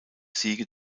siege